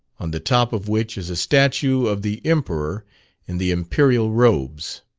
on the top of which is a statue of the emperor in the imperial robes.